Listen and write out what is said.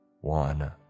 One